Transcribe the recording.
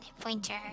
Pointer